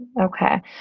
Okay